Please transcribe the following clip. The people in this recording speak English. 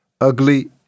Ugly